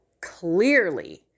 clearly